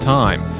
time